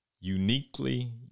Uniquely